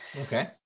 Okay